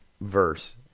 verse